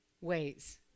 ways